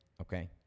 okay